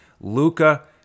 luca